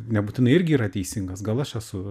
nebūtinai irgi yra teisingas gal aš esu